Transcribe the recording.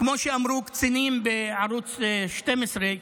כמו שאמרו קצינים לשעבר בערוץ 12,